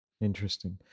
Interesting